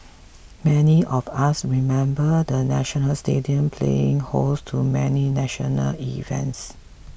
many of us remember the National Stadium playing host to many national events